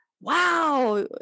wow